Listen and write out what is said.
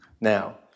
Now